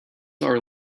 are